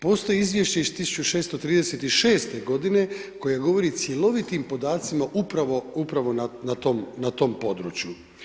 Postoji izvješće iz 1636. godine, koje govori cjelovitim podacima upravo, upravo na tom, na tom području.